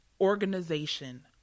organization